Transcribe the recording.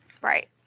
Right